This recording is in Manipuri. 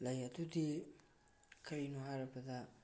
ꯂꯩ ꯑꯗꯨꯗꯤ ꯀꯔꯤꯅꯣ ꯍꯥꯏꯔꯕꯗ